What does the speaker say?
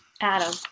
Adam